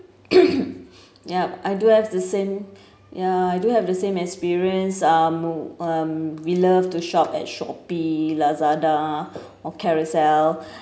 yup I do have the same ya I do have the same experience um um we love to shop at shopee lazada or carousell